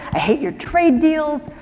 i hate your trade deals,